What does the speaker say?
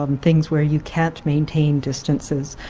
um things where you can't maintain distances.